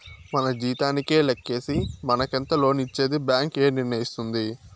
మన జీతానికే లెక్కేసి మనకెంత లోన్ ఇచ్చేది బ్యాంక్ ఏ నిర్ణయిస్తుంది